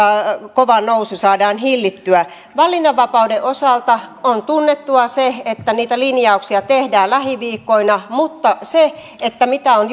kova nousu saadaan hillittyä valinnanvapauden osalta on tunnettua se että niitä linjauksia tehdään lähiviikkoina mutta siitä mitä on